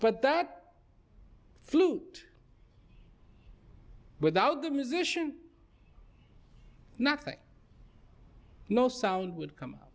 but that flute without the musician nothing no sound would come